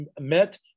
met